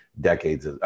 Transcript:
decades